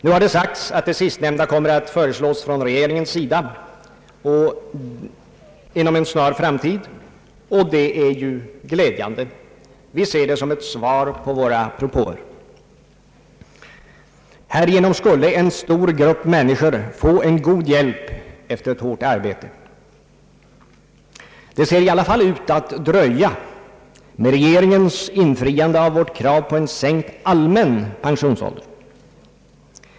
Nu har det sagts att det sistnämnda kommer att föreslås från regeringens sida inom en snar framtid och det är ju glädjande. Vi ser det som ett svar på våra propåer. Härigenom skulle en stor grupp människor få en god hjälp efter ett hårt arbete. Det ser i alla fall ut att dröja med regeringens infriande av vårt krav på en sänkt allmän pensionsålder.